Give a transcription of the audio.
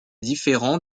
différent